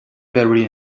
very